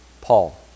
Paul